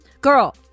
Girl